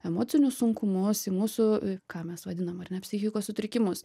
emocinius sunkumus į mūsų ką mes vadinam ar na psichikos sutrikimus